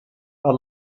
are